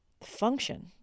function